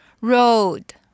road